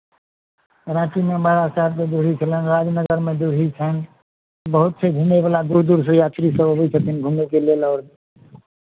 राँटीमे महाराज साहेबके ड्योढ़ी छलनि राजनगरमे ड्योढ़ी छनि बहुत छै घुमयवला दूर दूरसँ यात्रीसभ अबै छथिन घुमयके लेल आओर